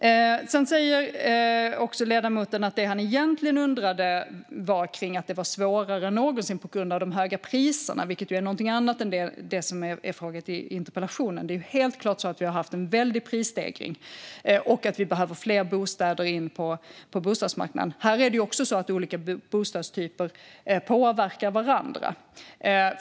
Ledamoten säger också att det han egentligen undrade över var att det var svårare än någonsin på grund av de höga priserna, vilket ju är någonting annat än det som är frågan i interpellationen. Det är helt klart så att vi har haft en väldig prisstegring och att vi behöver fler bostäder in på bostadsmarknaden. Här är det också så att olika bostadstyper påverkar varandra.